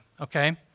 okay